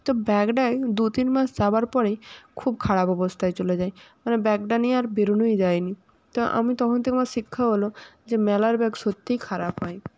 তো ব্যাগটায় দু তিনবার যাবার পরেই খুব খারাপ অবস্থায় চলে যায় মানে ব্যাগটা নিয়ে আর বেরনোই যায় নি তো আমি তখন থেকে আমার শিক্ষা হলো যে মেলার ব্যাগ সত্যি খারাপ হয়